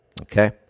Okay